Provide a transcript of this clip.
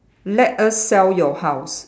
let us sell your house